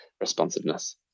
responsiveness